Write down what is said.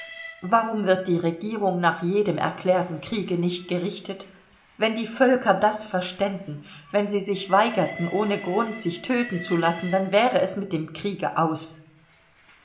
warum wird die regierung nach jedem erklärten kriege nicht gerichtet wenn die völker das verständen wenn sie sich weigerten ohne grund sich töten zu lassen dann wäre es mit dem kriege aus